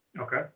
Okay